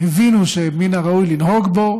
הבינו שמן הראוי לנהוג בו,